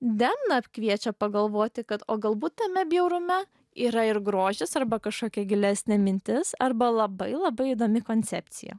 demna kviečia pagalvoti kad o galbūt tame bjaurume yra ir grožis arba kažkokia gilesnė mintis arba labai labai įdomi koncepcija